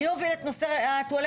אני עובדת על נושא הטואלטיקה,